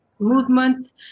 movements